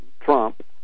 Trump